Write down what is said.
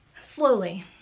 Slowly